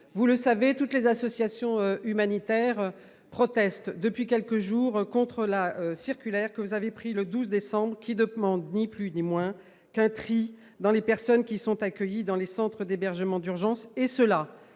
vous le savez, toutes les associations humanitaires protestent depuis quelques jours contre la circulaire que vous avez prise le 12 décembre dernier, donnant instruction d'opérer un tri parmi les personnes accueillies dans les centres d'hébergement d'urgence, au